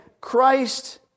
christ